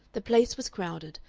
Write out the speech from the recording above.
the place was crowded,